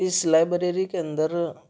اس library کے اندر